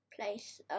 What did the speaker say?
place